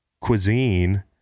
cuisine